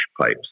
pipes